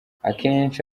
akenshi